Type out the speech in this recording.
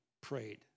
prayed